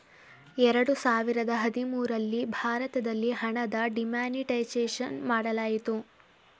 ಎರಡು ಸಾವಿರದ ಹದಿಮೂರಲ್ಲಿ ಭಾರತದಲ್ಲಿ ಹಣದ ಡಿಮಾನಿಟೈಸೇಷನ್ ಮಾಡಲಾಯಿತು